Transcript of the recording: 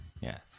Yes